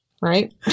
Right